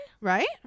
Right